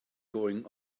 going